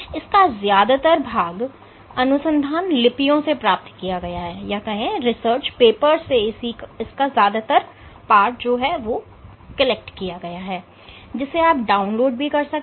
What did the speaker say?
इसका ज्यादातर भाग अनुसंधान लिपियों से प्राप्त किया गया है जिसे आप डाउनलोड एवं पढ़ सकते हैं